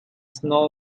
snow